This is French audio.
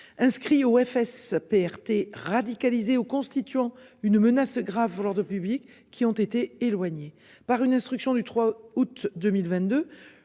inscrits au FSPRT radicalisé au constituant une menace grave lors de public qui ont été éloignées par une instruction du 3 août 2022.